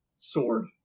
sword